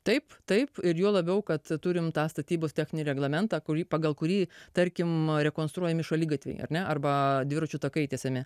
taip taip ir juo labiau kad turim tą statybos techninį reglamentą kurį pagal kurį tarkim rekonstruojami šaligatviai ar ne arba dviračių takai tiesiami